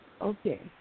Okay